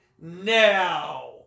now